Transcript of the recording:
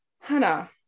Hannah